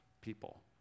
people